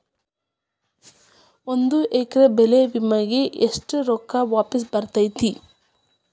ಒಂದು ಎಕರೆ ಬೆಳೆ ವಿಮೆಗೆ ಎಷ್ಟ ರೊಕ್ಕ ವಾಪಸ್ ಬರತೇತಿ?